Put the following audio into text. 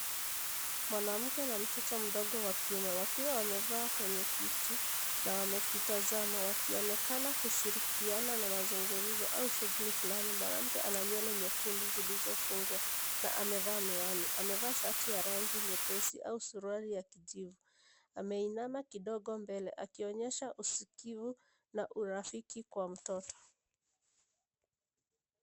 Mwanamke na mtoto mdogo wa kiume wakiwa wamevaa kwenye kiti na wamekitazama wakionekana kushirikiana na mazungumzo au shughuli fulani. Mwanamke ana nywele nyekundu zilizofungwa na amevaa miwani. Amevaa shati ya rangi nyepesi au suruali ya kijivu. Ameinama kidogo mbele akionyesha usikivu na urafiki kwa mtoto.